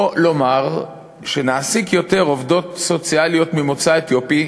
לומר שנעסיק יותר עובדות סוציאליות ממוצא אתיופי,